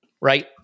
right